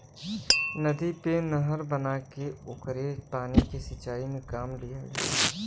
नदी पे नहर बना के ओकरे पानी के सिंचाई में काम लिहल जाला